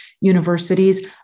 universities